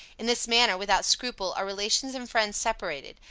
in this manner, without scruple, are relations and friends separated,